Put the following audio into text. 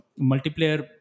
multiplayer